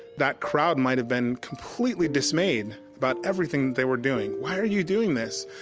that crowd might have been completely dismayed about everything that they were doing. why are you doing this?